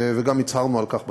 וגם הצהרנו על כך בתקשורת.